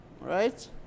right